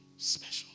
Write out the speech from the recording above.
special